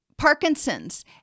Parkinson's